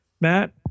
Matt